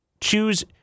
Choose